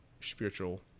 spiritual